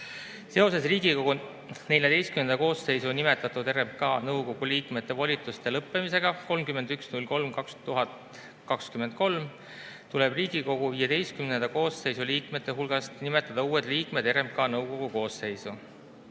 Seoses Riigikogu XIV koosseisu nimetatud RMK nõukogu liikmete volituste lõppemisega 31.03.2023 tuleb Riigikogu XV koosseisu liikmete hulgast nimetada uued liikmed RMK nõukogu koosseisu.